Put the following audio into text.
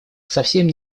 совсем